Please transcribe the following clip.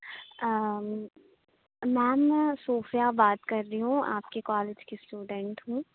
میم میں صوفیہ بات کر رہی ہوں آپ کے کالج کی اسٹوڈنٹ ہوں